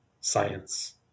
science